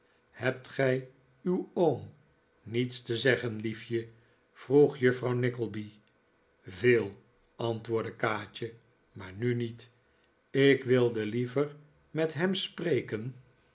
hebt gij uw oom niets te zeggen liefje vroeg juffrouw nickleby veel antwoordde kaatje maar nu niet ik wilde liever met hem spreken